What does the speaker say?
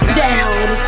down